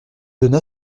donna